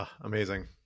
Amazing